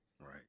Right